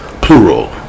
Plural